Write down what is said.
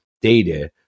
data